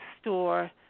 store